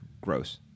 gross